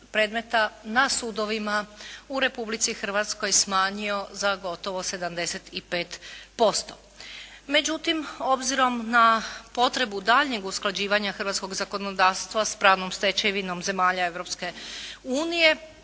na sudovima u Republici Hrvatskoj smanjio za gotovo 75%. Međutim, obzirom na potrebu daljnjeg usklađivanja hrvatskog zakonodavstva s pravom stečevinom zemalja